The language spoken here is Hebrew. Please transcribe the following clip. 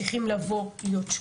צריכים להיות שקופים,